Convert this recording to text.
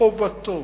חובתו